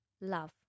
love